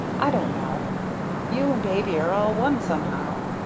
i don't know you and baby are all one somehow.